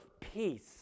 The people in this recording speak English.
peace